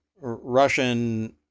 russian